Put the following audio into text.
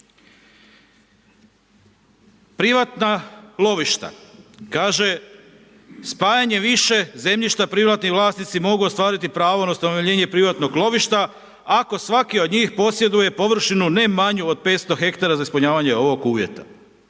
Privatna lovišta, kaže spajanje više zemljišta privatni vlasnici mogu ostvariti pravo na ustanovljenje privatnog lovišta ako svaki od njih posjeduje površinu ne manju od 500 hektara za ispunjavanje ovog uvjeta.